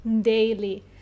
daily